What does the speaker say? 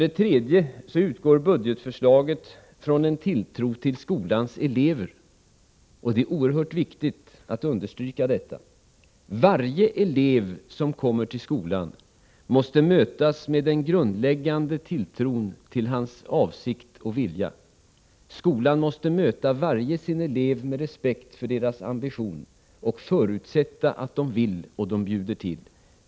Vidare utgår budgetförslaget från en tilltro till skolans elever. Det är oerhört viktigt att understryka detta. Varje elev som kommer till skolan måste mötas med en grundläggande tilltro till hans avsikt och vilja. Skolan måste möta alla sina elever med respekt för deras ambition och förutsätta att de vill och bjuder till.